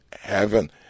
heaven